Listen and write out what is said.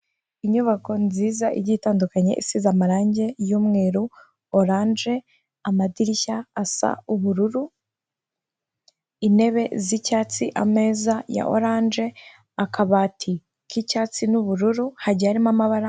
Inyubako nziza igiye itandukanye, isize amarangi y'umweru, oranje, amadirishya asa ubururu, intebe z'icyatsi, ameza ya oranje, akabati k'icyatsi n'ubururu, hagiye harimo amabara.